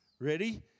Ready